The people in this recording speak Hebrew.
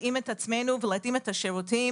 התאמת השירות,